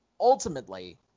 ultimately